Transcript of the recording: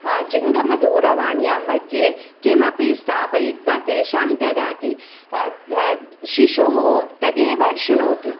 जिङ्गमदूरवाणी मध्ये किमपि स्थापयित्वा तेषां ददाति शिशुः तदेव श्रुणोति